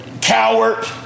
coward